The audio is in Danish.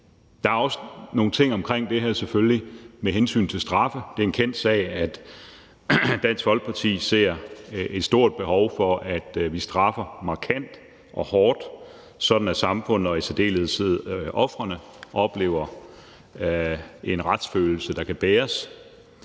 Der er også nogle ting omkring det her, selvfølgelig, med hensyn til straffe. Det er en kendt sag, at Dansk Folkeparti ser et stort behov for, at vi straffer markant og hårdt, sådan at samfundet og i særdeleshed ofrene oplever en retsfølelse. Men hjælpen